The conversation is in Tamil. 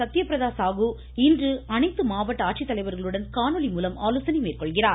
சத்திய பிரத சாகு இன்று அனைத்து மாவட்ட ஆட்சித்தலைவர்களுடன் காணொலி மூலம் ஆலோசனை மேற்கொள்கிறார்